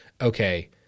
okay